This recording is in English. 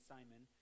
Simon